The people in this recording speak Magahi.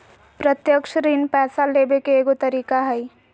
प्रत्यक्ष ऋण पैसा लेबे के एगो तरीका हइ